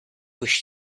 wish